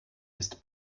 ist